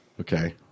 okay